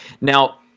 Now